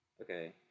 Okay